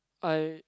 I